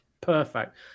perfect